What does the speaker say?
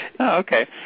Okay